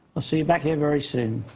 we'll see you back here very soon.